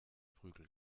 prügel